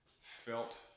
felt